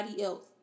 else